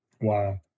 Wow